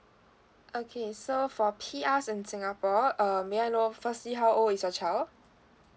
okay so for P_R in singapore uh may I know firstly how old is your child